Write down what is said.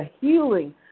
healing